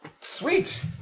Sweet